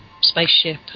spaceship